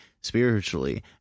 spiritually